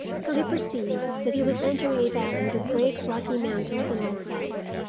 till he perceived that he was entering a valley with great rocky mountains on all sides,